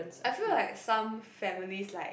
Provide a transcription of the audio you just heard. I feel like some families like